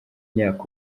myaka